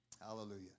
Hallelujah